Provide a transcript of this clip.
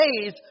days